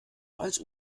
als